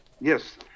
Yes